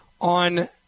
on